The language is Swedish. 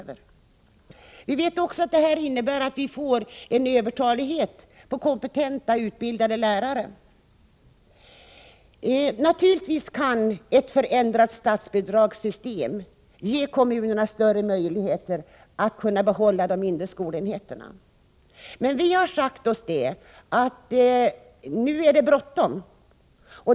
Vi vet att minskningen av elevunderlaget också innebär en övertalighet på kompetenta, utbildade lärare. Naturligtvis kan ett förändrat statsbidragssystem ge kommunerna större möjligheter att behålla de mindre skolenheterna — men nu är det bråttom.